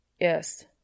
Yes